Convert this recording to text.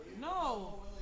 No